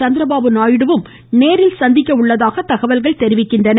சந்திரபாபுநாயுடுவும் நேரில் சந்திக்க உள்ளதாக தகவல்கள் தெரிவிக்கின்றன